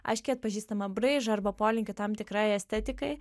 aiškiai atpažįstamą braižą arba polinkį tam tikrai estetikai